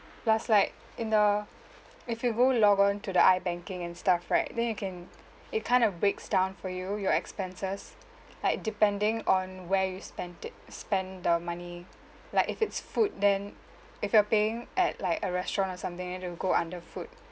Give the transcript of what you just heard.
plus like in the if you go log on to the ibanking and stuff right then you can it kind of breaks down for you your expenses like depending on where you spent it spent the money like if it's food then if you are paying at like a restaurant or something it would go under food